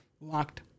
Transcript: Locked